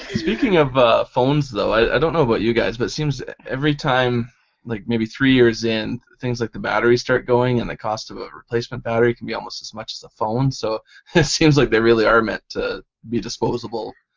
speaking of phones though, i don't know about you guys but it seems that every time like maybe three years in, things like the battery starts going and the cost of a replacement battery can be almost as much as the phone. so it seems like they really are meant to be disposable.